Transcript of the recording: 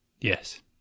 Yes